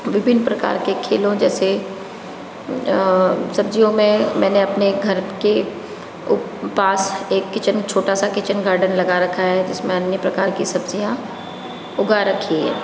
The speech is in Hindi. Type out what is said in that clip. विभिन्न प्रकार के खेलों जैसे सब्जियों में मैंने अपने घर के पास एक किचन छोटा सा किचन गार्डन लगा रखा है जिसमें अन्य प्रकार की सब्जियाँ उगा रखी है